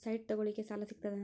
Site ತಗೋಳಿಕ್ಕೆ ಸಾಲಾ ಸಿಗ್ತದಾ?